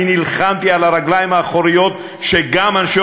אני נלחמתי ועמדתי על הרגליים האחוריות שגם אנשי